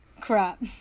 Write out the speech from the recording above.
crap